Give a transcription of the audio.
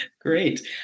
great